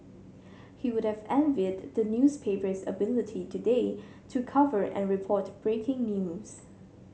he would have envied the newspaper's ability today to cover and report breaking news